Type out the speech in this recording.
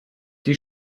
die